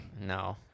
No